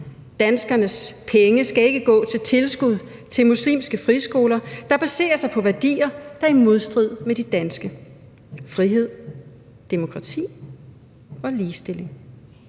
Danskernes penge skal ikke gå til tilskud til muslimske friskoler, der baserer sig på værdier, der er i modstrid med de danske: frihed, demokrati og ligestilling.